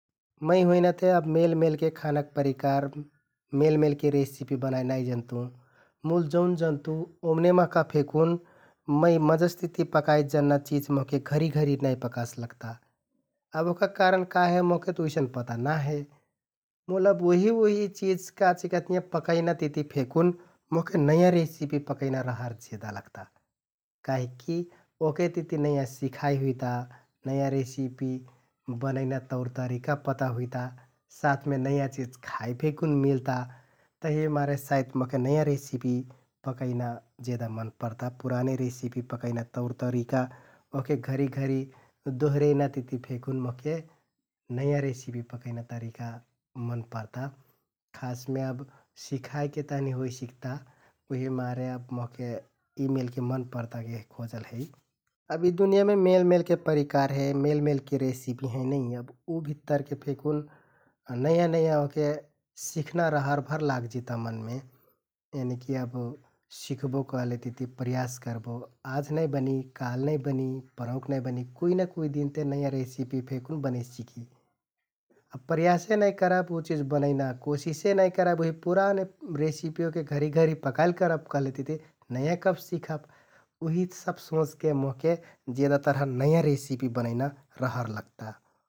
मै हुइनाते मेलमेलके खानाक परिकार, मेलमेलके रेसिपि बनाइ नाइ जनतुँ । मुल जौन जनतुँ ओम्‍ने महका फेकुन मै मजसतिति पकाइ जन्‍ना चिझ मोहके घरि घरि नाइ पकास लगता । अब ओहका कारण का हे मोहकेत उइसन पता ना हे मुल अब उहि उहि चिझ काचिकहतियाँ पकैनाति फेकुन मोहके नयाँ रेसिपि पकैना रहर जेदा लगता । काहिककि ओहके ति नयाँ सिखाइ हुइता, नयाँ रेसिपि बनैना तौरतरिका पता हुइता, साथमे नयाँ चिझ खाइ फेकुन मिलता तहिमारे सायत मोहके नयाँ रेसिपि पकैना जेदा मन परता । पुराने रेसिपि पकैना तौरतरिका ओहके घरि घरि दोहरैना तिति फेकुन मोहके नयाँ रेसिपि पकैना तरिका मन परता । खासमे सिखाइके तहनि होइ सिकता उहिमारे अब मोहके यि मेलेके मन परता केहे खोजल है । अब यि दुनियाँमे मेलमेलके परिकार हे, मेलमेलके रेसिपि हैं नै । अब उ भित्तरके फेकुन नयाँ नयाँ ओहके सिख्‍ना रहरभर लागजिता मनमे यनिकि अब सिख्‍बो कहलेतिति प्रयास करबो आझ नाइ बनि, काल्ह नाइ बनि, पँरौंक नाइ बनि । कुइ ना कुइ दिन ते नयाँ रेसिपि फेकुन बने सिकि । अब प्रयासे नाइ करब, उ चिझ बनैना कोसिसे नाइ करब, आउ उहि पुराने रेसिपि ओहके घरि घरि पकाइल करब कहलेतिति नयाँ कब सिखब उहि सब सोंचके मोहके जेदा तरह नयाँ रेसिपि बनैना रहर लगता ।